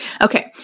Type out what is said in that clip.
Okay